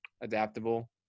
adaptable